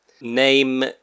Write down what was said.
Name